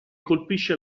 colpisce